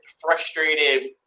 frustrated